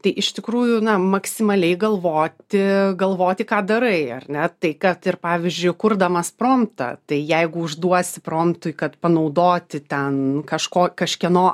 tai iš tikrųjų na maksimaliai galvoti galvoti ką darai ar ne tai kad ir pavyzdžiui kurdamas promptą tai jeigu užduosi promptui kad panaudoti ten kažko kažkieno